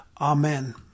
Amen